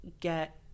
get